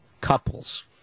couples